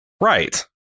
Right